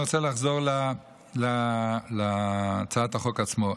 אני רוצה לחזור להצעת החוק עצמה.